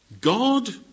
God